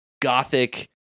gothic